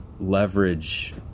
leverage